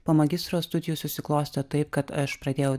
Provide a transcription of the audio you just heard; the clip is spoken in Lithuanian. po magistro studijų susiklostė taip kad aš pradėjau